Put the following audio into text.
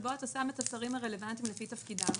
שבו אתה שם את השרים הרלוונטיים לפי תפקידם.